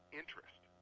interest